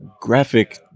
graphic